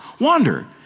wander